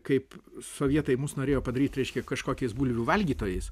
kaip sovietai mus norėjo padaryt reiškia kažkokias bulvių valgytojais